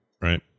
Right